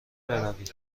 بروید